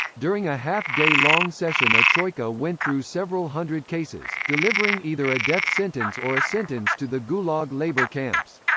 during a half-day-long session a troika went through several hundred cases, delivering either a death sentence or a sentence to the gulag labor camps.